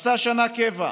עשה שנה קבע,